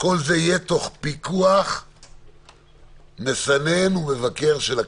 כל זה יהיה תוך פיקוח מסנן ומבקר של הכנסת.